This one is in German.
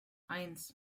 eins